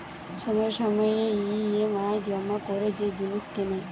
সময়ে সময়ে ই.এম.আই জমা করে যে জিনিস কেনে